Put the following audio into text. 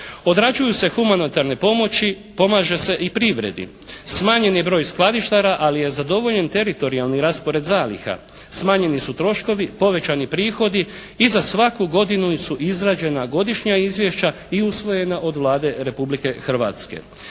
Odrađuju se humanitarne pomoći, pomaže se i privredi. Smanjen je broj skladištara, ali je zadovoljen teritorijalni raspored zaliha, smanjeni su troškovi, povećani prihodi i za svaku godinu su izrađena godišnja izvješća i usvojena od Vlade Republike Hrvatske.